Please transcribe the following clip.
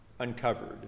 uncovered